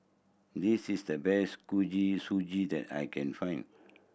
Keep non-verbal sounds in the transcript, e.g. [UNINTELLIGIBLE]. this is the best [UNINTELLIGIBLE] Suji that I can find